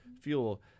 fuel